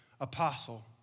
apostle